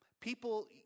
People